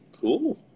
Cool